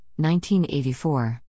1984